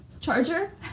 Charger